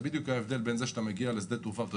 בדיוק כמו שאתה מגיע לשדה התעופה ואתה